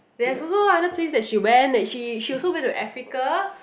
there's also other place that she went that she she also went to Africa